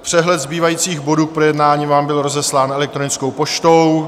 Přehled zbývajících bodů k projednání vám byl rozeslán elektronickou poštou.